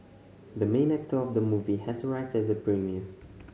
the main actor of the movie has arrived at the premiere